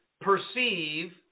perceive